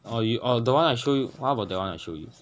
oh you oh the one I show you how about the one I show you